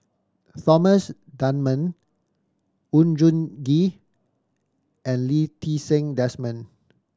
Thomas Dunman Oon Jin Gee and Lee Ti Seng Desmond